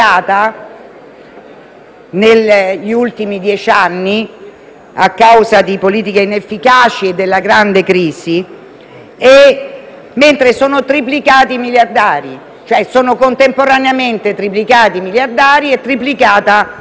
negli ultimi dieci anni a causa di politiche inefficaci e della grande crisi, mentre contemporaneamente sono triplicati i miliardari. Questo significa che